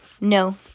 No